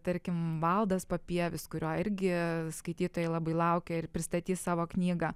tarkim valdas papievis kurio irgi skaitytojai labai laukia ir pristatys savo knygą